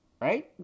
Right